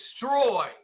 destroy